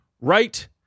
right